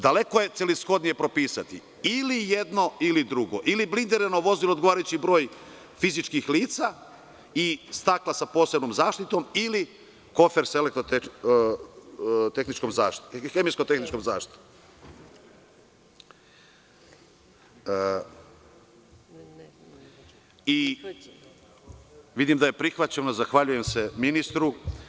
Daleko je celishodnije propisati ili jedno ili drugo – ili blindirano vozilo, odgovarajući broj fizičkih lica, stakla sa posebnom zaštitom ili kofer sa hemijsko-tehničkom zaštitom. (Ivica Dačić s mesta: Prihvaćeno je.) Vidim da je prihvaćeno, zahvaljujem se ministru.